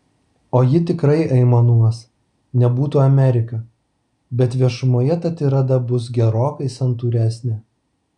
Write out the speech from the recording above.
o ji tikrai aimanuos nebūtų amerika bet viešumoje ta tirada bus gerokai santūresnė